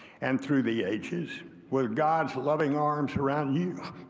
and through the h's with god's loving arms around you